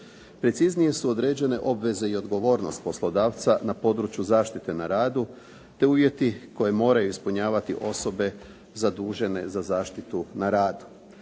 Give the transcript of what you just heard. Preciznije su određene obveze i odgovornost poslodavca na području zaštite na radu te uvjeti koje moraju ispunjavati osobe zadužene za zaštitu na radu.